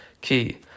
key